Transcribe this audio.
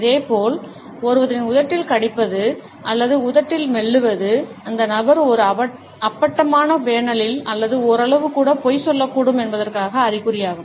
இதேபோல் ஒருவரின் உதட்டில் கடிப்பது அல்லது உதட்டில் மெல்லுவது அந்த நபர் ஒரு அப்பட்டமான பேனலில் அல்லது ஓரளவு கூட பொய் சொல்லக்கூடும் என்பதற்கான அறிகுறியாகும்